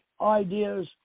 ideas